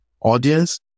audience